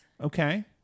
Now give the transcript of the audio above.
Okay